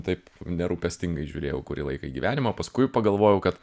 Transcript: taip nerūpestingai žiūrėjau kurį laiką į gyvenimą o paskui pagalvojau kad